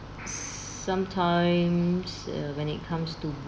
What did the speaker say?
sometimes uh when it comes to